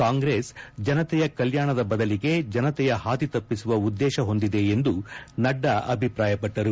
ಕಾಂಗ್ರೆಸ್ ಜನತೆಯ ಕಲ್ಯಾಣದ ಬದಲಿಗೆ ಜನತೆಯ ಹಾದಿ ತಪ್ಸಿಸುವ ಉದ್ದೇಶ ಹೊಂದಿದೆ ಎಂದು ನಡ್ಡಾ ಅಭಿಪ್ರಾಯಪಟ್ಟರು